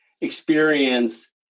experience